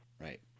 right